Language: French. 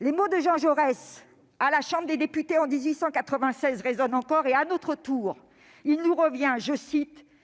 Les mots prononcés par Jean Jaurès à la Chambre des députés en 1896 résonnent encore et, à notre tour, il nous revient «